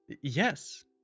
Yes